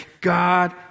God